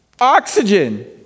oxygen